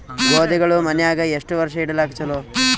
ಗೋಧಿಗಳು ಮನ್ಯಾಗ ಎಷ್ಟು ವರ್ಷ ಇಡಲಾಕ ಚಲೋ?